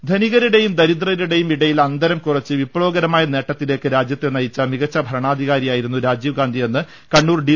ധനികരുടെയും ദരിദ്രരുടെയും ഇടയിലെ അന്തരം കുറച്ച് വിപ്ലവകരമായ നേട്ടത്തിലേക്ക് രാജ്യത്തെ നയിച്ച മികച്ച ഭരണാധികാരിയായിരുന്നു രാജീവ് ഗാന്ധി എന്ന് കണ്ണൂർ ഡി